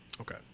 Okay